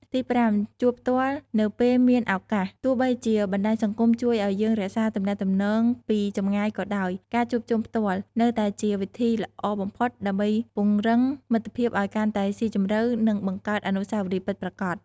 ទីប្រាំ ជួបផ្ទាល់នៅពេលមានឱកាស ទោះបីជាបណ្ដាញសង្គមជួយឱ្យយើងរក្សាទំនាក់ទំនងពីចម្ងាយក៏ដោយ ការជួបជុំផ្ទាល់ នៅតែជាវិធីល្អបំផុតដើម្បីពង្រឹងមិត្តភាពឱ្យកាន់តែស៊ីជម្រៅ និងបង្កើតអនុស្សាវរីយ៍ពិតប្រាកដ។